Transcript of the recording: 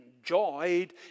enjoyed